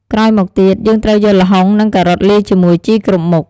ក្រោយមកទៀត យើងត្រូវយកល្ហុង និងការ៉ុតលាយជាមួយជីគ្រប់មុខ។